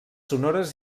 sonores